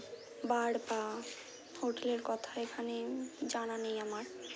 বার বা হোটেলের কথা এখানে জানা নেই আমার